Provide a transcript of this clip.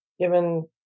given